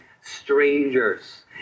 strangers